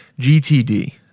GTD